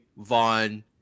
Vaughn